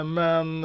men